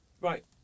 Right